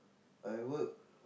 I work